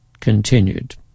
continued